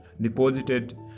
deposited